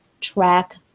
track